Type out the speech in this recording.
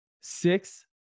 six